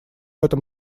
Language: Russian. этом